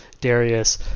Darius